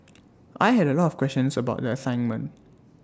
I had A lot of questions about the assignment